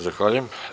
Zahvaljujem.